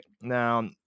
now